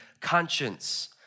conscience